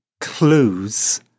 clues